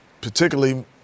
particularly